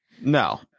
No